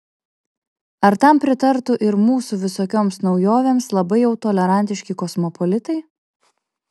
ar tam pritartų ir mūsų visokioms naujovėms labai jau tolerantiški kosmopolitai